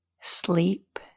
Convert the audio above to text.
sleep